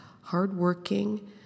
hardworking